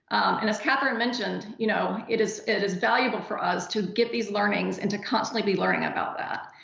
and as catherine mentioned, you know it is it is valuable for us to get these learnings and to constantly be learning about that.